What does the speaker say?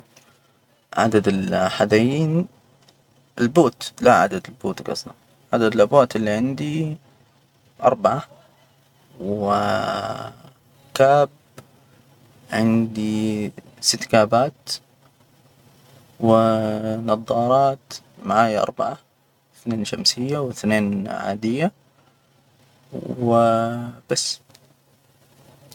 عدد الحذايين البوت، لا، عدد البوت قصدى، عدد الأبوات اللي عندي أربعة و كاب؟ عندي ست كابات، ونظارات معاي اربعة، اثنين شمسية واثنين عادية. وبس.